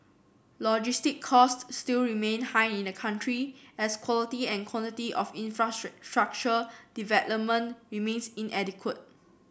logistics cost still remain high in a country as quality and quantity of infrastructure development remains inadequate